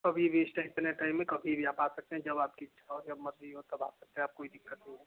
कभी भी इस टाइम बिना टाइम में कभी भी आप आ सकते हैं जब आपकी इच्छा हो जब मर्ज़ी हो तब आ सकते हैं आप कोई दिक्कत नहीं है